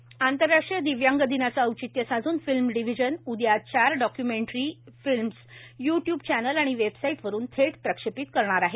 film division आंतरराष्ट्रीय दिव्यांग दिनाच औचित्य साधून फिल्म डिव्हिजन उद्या चार documentary films YouTube channel आणि वेबसाइटवरून थेट प्रक्षेपित करणार आहे